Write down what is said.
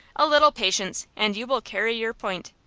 a little patience, and you will carry your point.